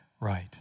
right